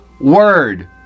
word